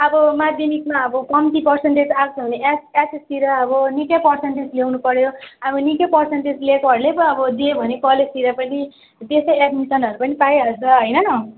अब माध्यमिकमा अब कम्ती पर्सन्टेज आएको छ भने एचएस एचएसतिर अब निकै पर्सन्टेज ल्याउनु पर्यो अब निकै पर्सन्टेज ल्याएकोहरूले पो अब जे भन्यो कलेजतिर पनि त्यसै एडमिसनहरू पनि पाइहाल्छ होइन